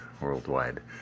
worldwide